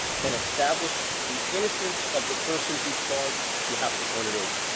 can establish the innocence of the person who is charged, you have to turn it over.